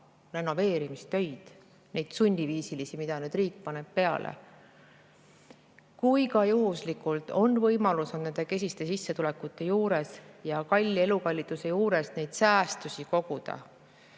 renoveerimistöid, neid sunniviisilisi, mida riik nüüd paneb peale. Kui ka juhuslikult on võimalus nende kesiste sissetulekute ja elukalliduse juures säästusid koguda,